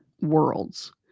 worlds